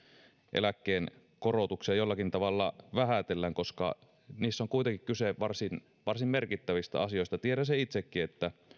eläkkeen korotuksia jollakin tavalla vähätellään koska niissä on kuitenkin kyse varsin varsin merkittävistä asioista tiedän sen itsekin että